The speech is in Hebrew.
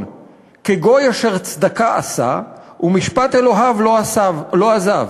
כגוי אשר צדקה עשה ומשפט אלהיו לא עזב